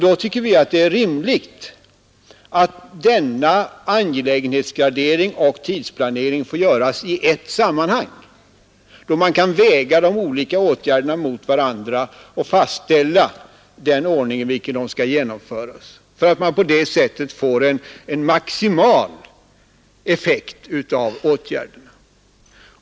Då tycker vi att det är rimligt att denna angelägenhetsgradering och tidsplanering får göras i ett sammanhang, då man kan väga de olika åtgärderna mot varandra och fastställa den ordning i vilken de skall genomföras för att på det sättet få en maximal effekt av åtgärderna.